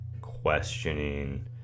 questioning